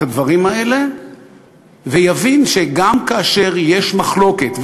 הדברים האלה ולא יבין שגם כאשר יש מחלוקת,